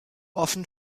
offen